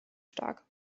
stark